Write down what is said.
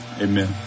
amen